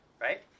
right